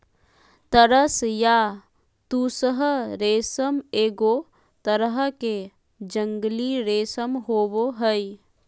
तसर या तुसह रेशम एगो तरह के जंगली रेशम होबो हइ